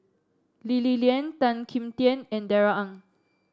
Lee Li Lian Tan Kim Tian and Darrell Ang